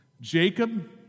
Jacob